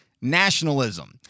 nationalism